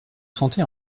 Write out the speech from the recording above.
santé